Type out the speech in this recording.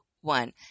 one